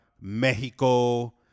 Mexico